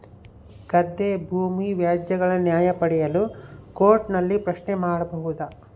ಗದ್ದೆ ಭೂಮಿ ವ್ಯಾಜ್ಯಗಳ ನ್ಯಾಯ ಪಡೆಯಲು ಕೋರ್ಟ್ ನಲ್ಲಿ ಪ್ರಶ್ನೆ ಮಾಡಬಹುದಾ?